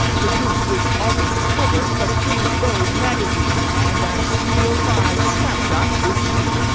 produced this august cover of british vogue magazine, and our studio five snapshot this week.